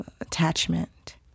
attachment